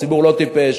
הציבור לא טיפש,